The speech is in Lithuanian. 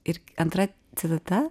ir antra citata